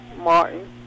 Martin